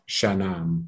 Shanam